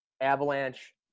avalanche